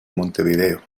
montevideo